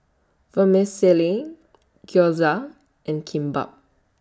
Vermicelli Gyoza and Kimbap